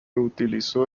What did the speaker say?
utilizó